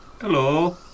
Hello